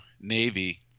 Navy